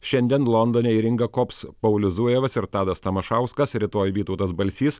šiandien londone į ringą kops paulius zujevas ir tadas tamašauskas rytoj vytautas balsys